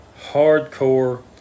hardcore